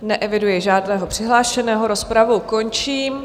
Neeviduji žádného přihlášeného, rozpravu končím.